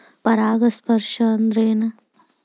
ಪರಾಗಸ್ಪರ್ಶ ಅಂದರೇನು?